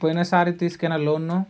పోయినసారి తీసుకున్నా లోన్